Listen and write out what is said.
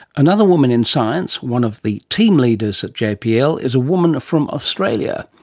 another woman in science, one of the team leaders at jpl, is a woman from australia.